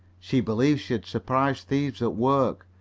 she believed she had surprised thieves at work,